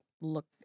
look